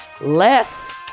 less